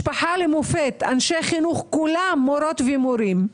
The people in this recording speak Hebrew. משפחה למופת, כולם אנשי חינוך, מורות ומורים.